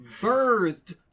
birthed